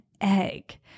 egg